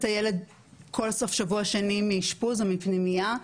הילד כל סוף שבוע שני מאשפוז או מפנימייה,